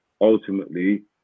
Ultimately